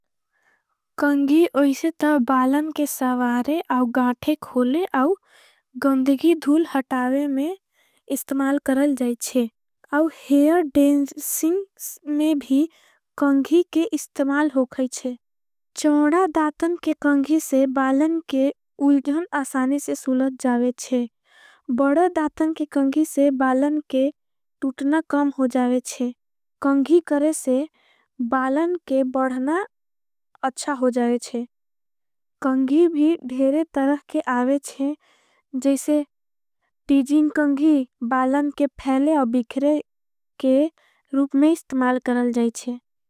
कंगी ऐसे तब बालन के सवारे और गाठे खोले और गंदगी। धूल हटावे में इस्तमाल करल जाएच्छे और हेर डेंसिंग में भी। कंगी के इस्तेमाल हो खाईच्छे चोड़ा दातन के कंगी से बालन। के उलज़न असानी से सुलध जाएच्छे बड़ा दातन के कंगी से। बालन के तूटना कम हो जाएच्छे कंगी करे से बालन के बढ़ना। अच्छा हो जाएच्छे कंगी भी धेरे तरह के आवेच्छे जैसे टीजिंग। कंगी बालन के फैले अबिक्रे के रूप में इस्तमाल करल जाएच्छे।